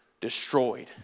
destroyed